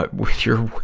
but with your